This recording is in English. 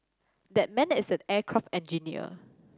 that man is an aircraft engineer